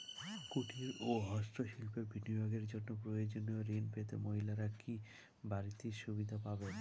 কুটীর ও হস্ত শিল্পে বিনিয়োগের জন্য প্রয়োজনীয় ঋণ পেতে মহিলারা কি বাড়তি সুবিধে পাবেন?